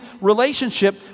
relationship